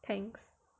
thanks